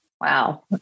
Wow